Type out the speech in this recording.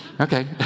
Okay